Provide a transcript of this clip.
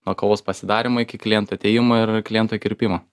nuo kavos pasidarymo iki kliento atėjimo ir kliento kirpimo